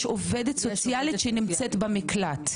יש עובדת סוציאלית שבמקלט,